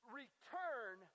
return